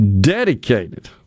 dedicated